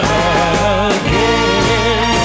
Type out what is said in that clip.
again